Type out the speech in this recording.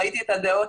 ראיתי את הדעות,